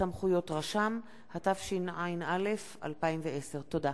(סמכויות רשם), התשע"א 2010. תודה.